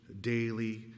daily